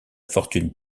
fortune